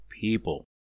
people